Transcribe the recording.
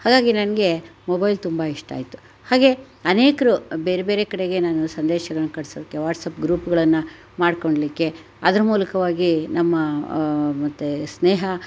ಹಾಗಾಗಿ ನನಗೆ ಮೊಬೈಲ್ ತುಂಬ ಇಷ್ಟ ಆಯಿತು ಹಾಗೇ ಅನೇಕರು ಬೇರೆ ಬೇರೆ ಕಡೆಗೆ ನಾನು ಸಂದೇಶಗಳನ್ನು ಕಳ್ಸೋದಕ್ಕೆ ವಾಟ್ಸ್ಯಾಪ್ ಗ್ರೂಪ್ಗಳನ್ನ ಮಾಡ್ಕೊಳ್ಲಿಕ್ಕೆ ಅದ್ರ ಮೂಲಕವಾಗಿ ನಮ್ಮ ಮತ್ತು ಸ್ನೇಹ